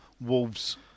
Wolves